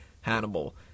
Hannibal